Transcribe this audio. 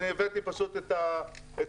והבאתי את המכתב,